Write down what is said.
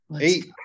Eight